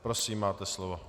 Prosím, máte slovo.